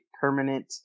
permanent